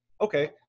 Okay